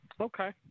Okay